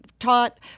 taught